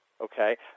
okay